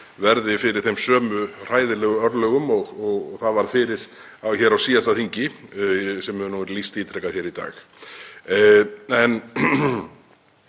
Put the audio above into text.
verði fyrir þeim sömu hræðilegu örlögum og það varð fyrir hér á síðasta þingi, eins og hefur verið lýst ítrekað í dag.